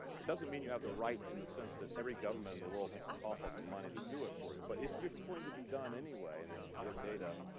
it doesn't mean you have the right in the sense that every government in the world has to cough up the money to do it for you. but if it's going to be done anyway and it's your data,